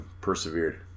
persevered